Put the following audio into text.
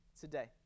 today